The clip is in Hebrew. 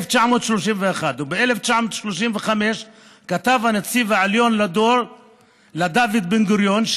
ב-1935 כתב הנציב העליון לדוד בן-גוריון,